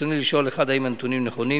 רצוני לשאול: 1. האם הנתונים נכונים?